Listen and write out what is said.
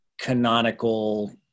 canonical